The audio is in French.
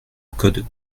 code